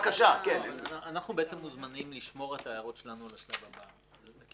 אנחנו בעצם מוזמנים לשמור את ההערות שלנו לשלב הבא.